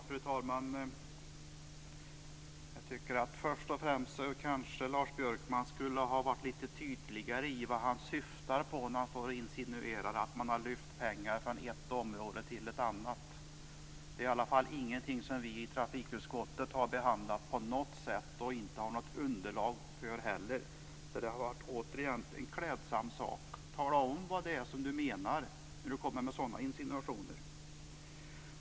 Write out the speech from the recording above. Fru talman! Först och främst tycker jag att Lars Björkman kanske skulle ha varit lite tydligare i fråga om vad han syftar på när han står och insinuerar att man har lyft pengar från ett område till ett annat. Det är i alla fall ingenting som vi i trafikutskottet har behandlat på något sätt. Vi har inte heller något underlag för det. Det hade varit klädsamt av Lars Björkman att tala om vad han menar när han kommer med sådana insinuationer.